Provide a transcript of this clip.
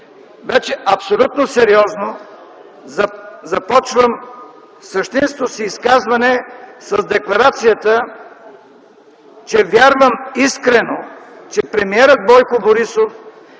вече абсолютно сериозно започвам същинското си изказване с декларацията, че вярвам искрено, че премиерът Бойко Борисов